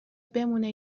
بمونه